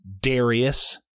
Darius